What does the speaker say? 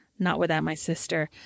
NotWithoutMySister